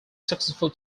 successful